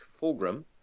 Fulgrim